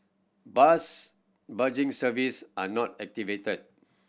bus bridging service are not activated